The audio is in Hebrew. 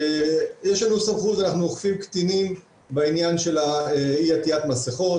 יש לנו סמכות ואנחנו אוכפים קטינים בעניין של אי עטית מסכות,